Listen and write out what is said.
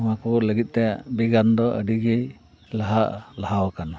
ᱱᱚᱣᱟ ᱠᱚ ᱞᱟᱹᱜᱤᱫ ᱛᱮ ᱵᱤᱜᱽᱜᱟᱱ ᱫᱚ ᱟᱹᱰᱤ ᱜᱮᱭ ᱞᱟᱦᱟ ᱞᱟᱦᱟᱣ ᱟᱠᱟᱱᱟ